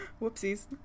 Whoopsies